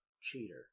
cheater